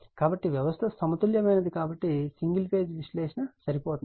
కాబట్టి వ్యవస్థ సమతుల్యమైనది కాబట్టి సింగిల్ ఫేజ్ విశ్లేషణ సరిపోతుంది